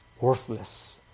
worthless